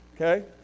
Okay